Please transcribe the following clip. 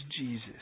Jesus